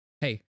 Hey